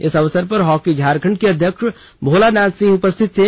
इस अवसर पर हॉकी झारखंड के अध्यक्ष भोलानाथ सिंह उपस्थित थे